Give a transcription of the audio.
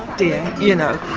dear, you know.